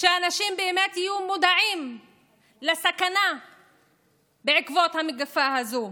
שאנשים באמת יהיו מודעים לסכנה בעקבות המתקפה הזאת.